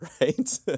right